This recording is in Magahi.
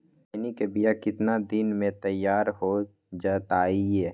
खैनी के बिया कितना दिन मे तैयार हो जताइए?